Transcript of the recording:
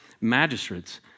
magistrates